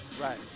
Right